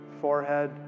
forehead